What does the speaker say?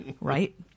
right